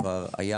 כבר היה